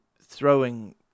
throwing